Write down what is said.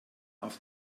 auf